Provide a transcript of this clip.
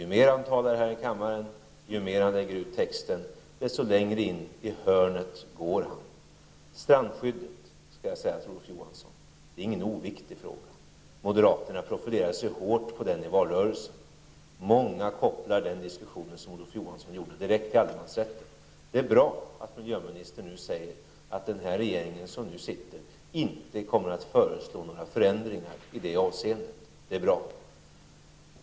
Ju mer han talar här i kammaren och lägger ut texten, desto längre in i hörnet hamnar han. Strandskyddet, Olof Johansson, är ingen oviktig fråga. Moderaterna profilerade sig hårt på den i valrörelsen. Många kopplar diskussionen som Olof Johansson förde direkt till allemansrätten. Det är bra att miljöministern säger att nu sittande regering inte kommer att föreslå några förändringar i det avseendet. Det är bra.